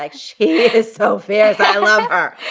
like she is so fierce. i love her.